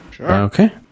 okay